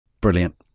Brilliant